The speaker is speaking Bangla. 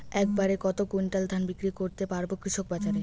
এক বাড়ে কত কুইন্টাল ধান বিক্রি করতে পারবো কৃষক বাজারে?